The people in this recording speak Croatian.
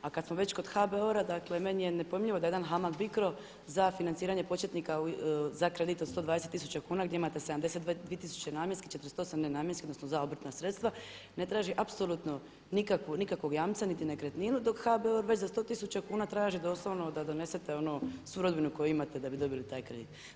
A kad smo već kod HBOR-a dakle meni je nepojmljivo da jedan HAMAG BICRO za financiranje početnika za kredit od 120 tisuća kuna gdje imate 72 tisuće namjenskih, 48 nenamjenskih odnosno za obrtna sredstva ne traži apsolutno nikakvog jamca niti nekretninu dok HBOR za već za 100 tisuća kuna traži doslovno da donesete ono svu rodbinu koju imate da bi dobili taj kredit.